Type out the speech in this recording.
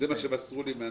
זה מה שמסרו לי.